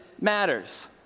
matters